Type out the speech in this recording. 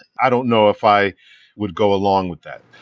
i don't know if i would go along with that.